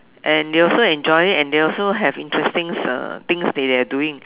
and they also enjoy it and they also have interesting uh things they are doing